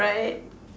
right